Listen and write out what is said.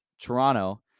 toronto